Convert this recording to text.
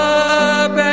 up